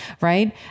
right